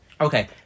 Okay